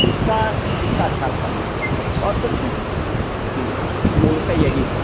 इसका इसका ख़्याल करना है और कुछ नहीं मूलता यही है